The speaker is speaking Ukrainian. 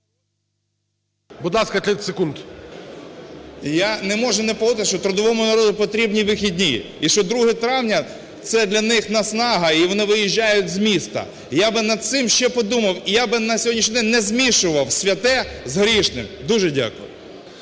Я не можу не погодитись, що трудовому народу потрібні вихідні, і і що 2 травня – це для них наснага, і вони виїжджають з міста. Я би над цим ще подумав, і я би на сьогоднішній день не змішував святе з грішним. Дуже дякую.